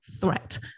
threat